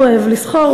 הוא אוהב לסחור,